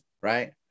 right